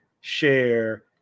share